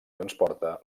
transporta